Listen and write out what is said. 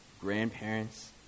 grandparents